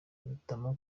mpitamo